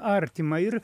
artima ir